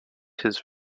his